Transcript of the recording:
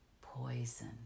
Poison